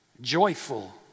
joyful